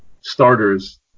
starters